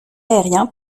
aérien